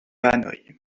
hanoï